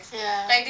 ya